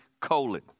Colon